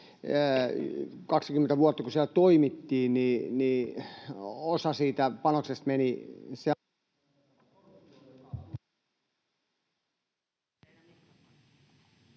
20 vuotta siellä toimittiin, mutta osa siitä panoksesta meni...